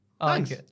Thanks